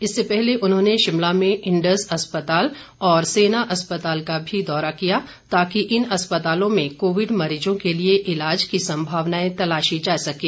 इससे पहले उन्होंने शिमला में इंडस अस्पताल और सेना अस्पताल का भी दौरा किया ताकि इन अस्पतालों में कोविड मरीजों के लिए इलाज की संभावनाए तलाशी जा सकें